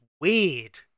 weird